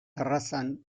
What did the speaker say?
terrazan